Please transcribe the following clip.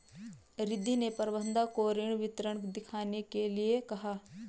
रिद्धी ने प्रबंधक को ऋण विवरण दिखाने के लिए कहा